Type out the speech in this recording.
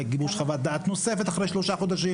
גיבוש חוות דעת נוספת אחרי שלושה חודשים